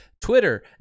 Twitter